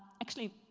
actually,